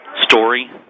story